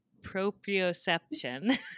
proprioception